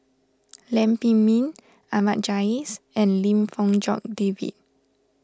Lam Pin Min Ahmad Jais and Lim Fong Jock David